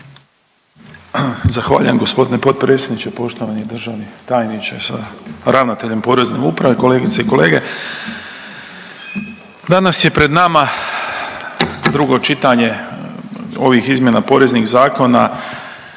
Zahvaljujem g. potpredsjedniče. Poštovani državni tajniče sa ravnateljem porezne uprave, kolegice i kolege, danas je pred nama drugo čitanje ovih izmjena poreznih zakona